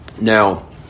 now